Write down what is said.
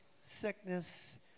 sickness